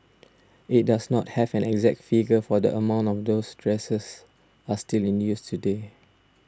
it does not have an exact figure for the amount of those dressers are still in use today